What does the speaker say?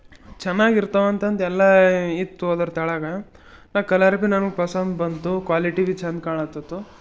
ಚೆನ್ನಾಗಿರ್ತವೆ ಅಂತಂದು ಎಲ್ಲ ಇತ್ತು ಅದ್ರ ತಳಗ ನಾ ಕಲರ್ ಭಿ ನನ್ಗೆ ಪಸಂದ್ ಬಂತು ಕ್ವಾಲಿಟಿ ಭಿ ಚಂದ ಕಾಣುತ್ತಿತ್ತು